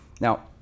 Now